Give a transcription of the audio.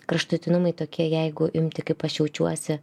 kraštutinumai tokie jeigu imti kaip aš jaučiuosi